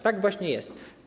Tak właśnie jest.